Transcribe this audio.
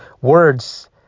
words